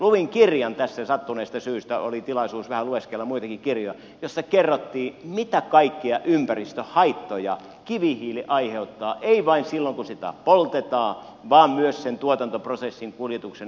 luin tässä kirjan sattuneesta syystä oli tilaisuus vähän lueskella muitakin kirjoja jossa kerrottiin mitä kaikkia ympäristöhaittoja kivihiili aiheuttaa ei vain silloin kun sitä poltetaan vaan myös sen tuotantoprosessin kuljetuksen aikaan